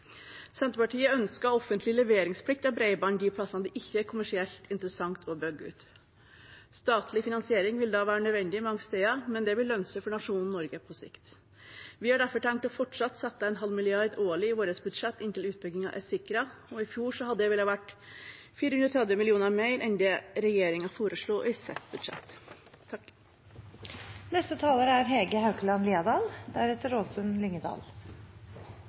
Senterpartiet ønsker offentlig leveringsplikt av bredbånd på de plassene der det ikke er kommersielt interessant å bygge ut. Statlig finansiering vil da være nødvendig mange steder, men det vil lønne seg for nasjonen Norge på sikt. Vi har derfor tenkt, fortsatt, å sette av en halv milliard årlig i våre budsjetter inntil utbyggingen er sikret. I fjor ville det vært 430 mill. kr mer enn det regjeringen foreslo i sitt budsjett. Jeg skal ikke svartmale, men jeg skal dele en erfaring fra virkeligheten. Nærpolitireformen er